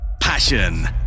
passion